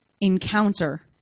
encounter